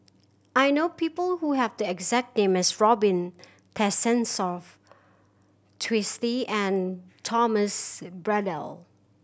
I know people who have the exact name as Robin Tessensohn Twisstii and Thomas Braddell